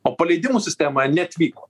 o paleidimų sistema neatvyko